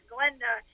Glenda